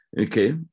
Okay